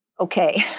Okay